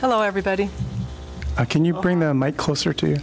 hello everybody can you bring them closer to